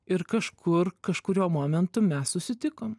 ir kažkur kažkuriuo momentu mes susitikom